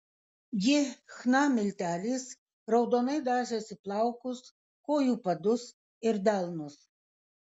ji chna milteliais raudonai dažėsi plaukus kojų padus ir delnus